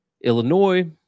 Illinois